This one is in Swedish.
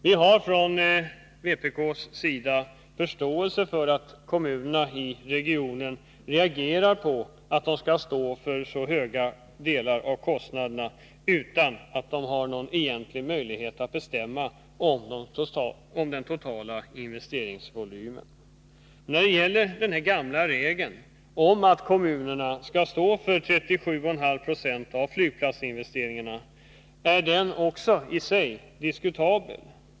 Vi har från vpk:s sida förståelse för att kommunerna i regionen reagerar mot att de skall stå för så stor del av kostnaderna utan att de har någon egentlig möjlighet att bestämma om den totala investeringsvolymen. Den gamla regeln att kommunerna skall stå för 37,5 90 av flygplatsinvesteringarna är i sig diskutabel.